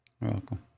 welcome